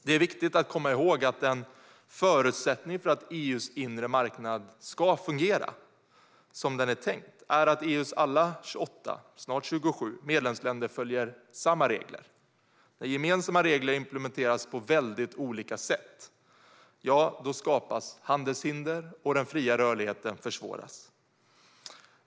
Det är viktigt att komma ihåg att en förutsättning för att EU:s inre marknad ska fungera som den är tänkt är att EU:s alla 28, snart 27, medlemsländer följer samma regler. När gemensamma regler implementeras på väldigt olika sätt skapas handelshinder, och den fria rörligheten försvåras.